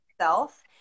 self